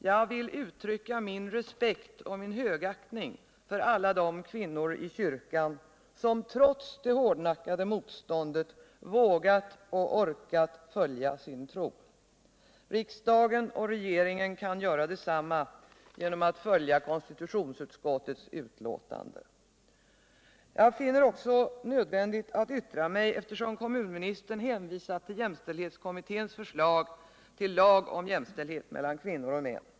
Jag vill uttrycka min respekt och högaktning för alla de kvinnor i kyrkan som trots det hårdnackade motståndet vågat och orkat följa sin tro. Riksdagen. och regeringen kan göra detsamma genom att följa konstitutionsutskottets betänkande. | Jag finner det också nödvändigt att yttra mig eftersom kommunministern har hänvisat till jämställdhetskommitténs förslag om jämställdhet mellan kvinnor och män.